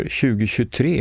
2023